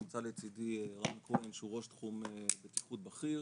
נמצא לצידי רן כהן שהוא ראש תחום בטיחות בכיר